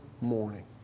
morning